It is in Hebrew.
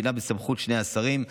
שהיא בסמכות שני השרים,